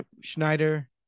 schneider